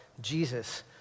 Jesus